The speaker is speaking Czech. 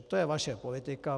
To je vaše politika.